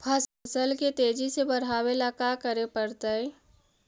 फसल के तेजी से बढ़ावेला का करे पड़तई?